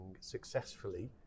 successfully